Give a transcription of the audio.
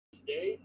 today